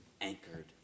anchored